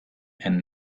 and